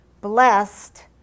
blessed